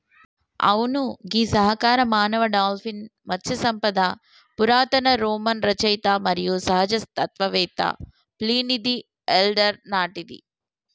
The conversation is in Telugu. అవును గీ సహకార మానవ డాల్ఫిన్ మత్స్య సంపద పురాతన రోమన్ రచయిత మరియు సహజ తత్వవేత్త ప్లీనీది ఎల్డర్ నాటిది